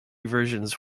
versions